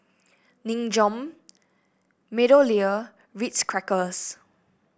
Nin Jiom MeadowLea Ritz Crackers